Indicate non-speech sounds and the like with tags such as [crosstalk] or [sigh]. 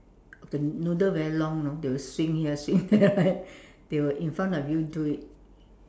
the noodle very long you know they will swing here swing there right [laughs] they will in front of you do it